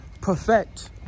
perfect